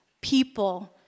people